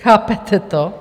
Chápete to?